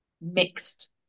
mixed